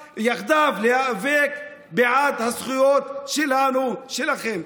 יחדיו, להיאבק בעד הזכויות שלנו-שלכם.